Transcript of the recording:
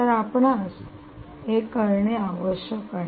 तर मूलत आपणास हे करणे आवश्यक आहे